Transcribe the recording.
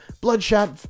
bloodshot